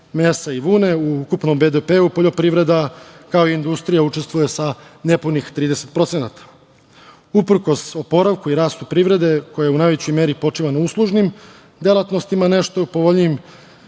mesa i vune u ukupnom BDP-u poljoprivreda, kao i industrija, učestvuje sa nepunih 30%.Uprkos oporavku i rastu privrede, koja u najvećoj meri počiva na uslužnim delatnostima, nešto povoljnijim